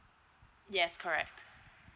yes correct